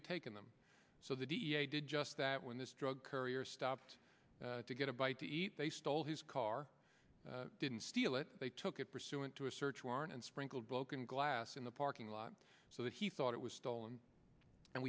had taken them so the da did just that when this drug courier stopped to get a bite to eat they stole his car didn't steal it they took it pursuant to a search warrant and sprinkled broken glass in the parking lot so that he thought it was stolen and